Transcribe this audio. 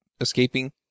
escaping